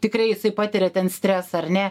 tikrai jisai patiria ten stresą ar ne